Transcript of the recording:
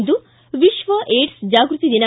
ಇಂದು ವಿತ್ವ ಏಡ್ಸ್ ಜಾಗೃತಿ ದಿನ